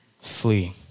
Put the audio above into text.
flee